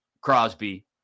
Crosby